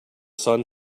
sun